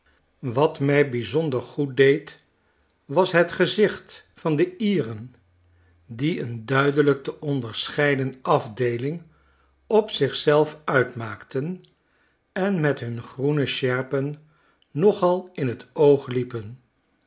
wat mi bijzonder goeddeed was het gezicht van de leren die een duidelijk te onderscheiden afdeeling op zich zelf uitmaakten en met hun groene sjerpen nogal in t oog liepen